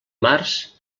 març